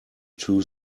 two